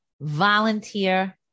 volunteer